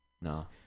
no